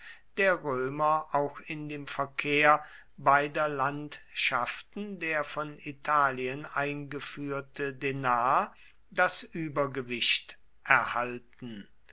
der römer auch in dem verkehr beider landschaften der von italien eingeführte denar das übergewicht erhalten